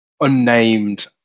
unnamed